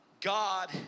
God